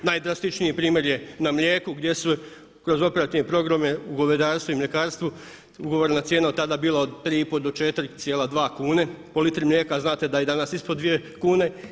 Najdrastičniji primjer je na mlijeku gdje su kroz operativne programe u govedarstvu i mljekarstvu ugovorna cijena je tada bila od 3,5 do 4,2 kune po litri mlijeka, a znate da je danas ispod 2 kune.